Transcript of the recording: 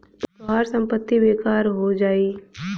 तोहार संपत्ति बेकार हो जाई